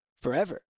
forever